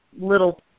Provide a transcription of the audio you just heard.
little